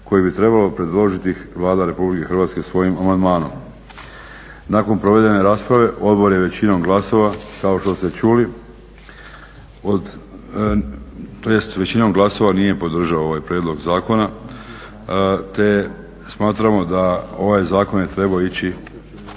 koju bi trebala predložiti Vlada Republike Hrvatske svojim amandmanom. Nakon provedene rasprave odbor je većinom glasova, kao što ste čuli od, tj. većinom glasova nije podržao ovaj prijedlog zakona, te smatramo da ovaj zakon je trebao ići